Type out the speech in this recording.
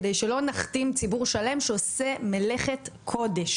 כדי שלא נכתים ציבור שלם שעושה מלאכת קודש,